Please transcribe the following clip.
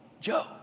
Joe